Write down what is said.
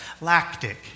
Lactic